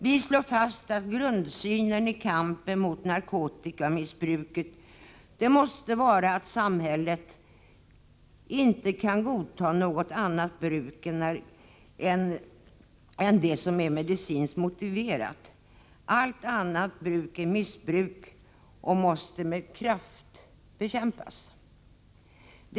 Vi slår fast att grundsynen i kampen mot narkotikamissbruket måste vara att samhället inte kan godta något annat bruk än det som är medicinskt motiverat. Allt annat bruk är missbruk och måste med kraft bekämpas.